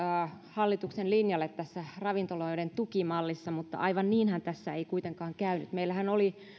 hallituksen linjalle tässä ravintoloiden tukimallissa mutta aivan niinhän tässä ei kuitenkaan käynyt meillähän oli